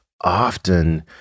often